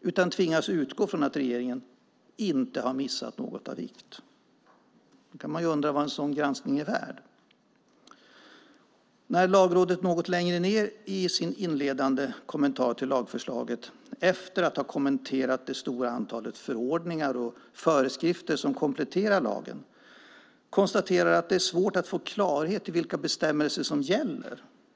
utan tvingas utgå från att regeringen inte har missat något av vikt. Då kan man undra vad en sådan granskning är värd. Något längre ner i sin inledande kommentar till lagförslaget, efter att ha kommenterat det stora antal förordningar och föreskrifter som kompletterar lagen, konstaterar Lagrådet att det är svårt att få klarhet om vilka bestämmelser som gäller.